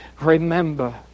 Remember